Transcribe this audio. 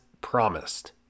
promised